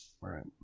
Right